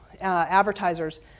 advertisers